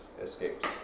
escapes